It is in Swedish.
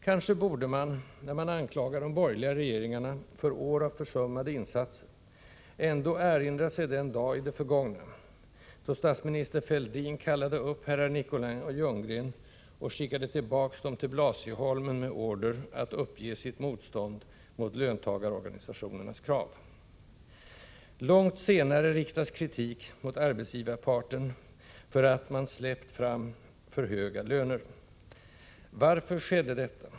Kanske borde man — när man anklagar de borgerliga regeringarna för år av försummade insatser — ändå erinra sig den dag i det förgångna, då statsminister Fälldin kallade upp herrar Nicolin och Ljunggren och skickade tillbaka dem till Blasieholmen med order att uppge sitt motstånd mot löntagarorganisationernas krav. Långt senare riktas kritik mot arbetsgivarparten för att man släppt fram för höga löner. Varför skedde detta?